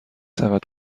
سبد